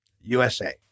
USA